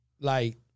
Like-